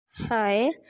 Hi